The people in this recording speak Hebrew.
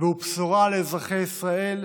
והוא בשורה לאזרחי ישראל,